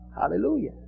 Hallelujah